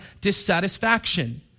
dissatisfaction